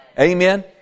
Amen